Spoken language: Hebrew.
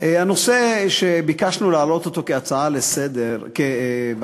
הנושא שביקשנו להעלות כהצעה לסדר-היום,